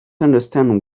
understand